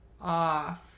off